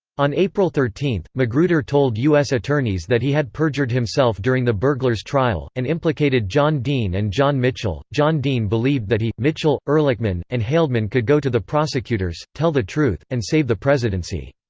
on april thirteen, magruder told u s. attorneys that he had perjured himself during the burglars' trial, and implicated john dean and john mitchell john dean believed that he, mitchell, ehrlichman, and haldeman could go to the prosecutors, tell the truth, and save the presidency.